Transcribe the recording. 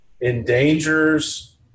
endangers